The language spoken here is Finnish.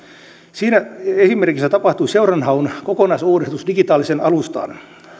siinä esimerkissä tapahtui seuranhaun kokonaisuusuudistus digitaaliseen alustaan